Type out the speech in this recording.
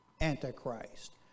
Antichrist